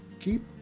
Keep